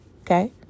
Okay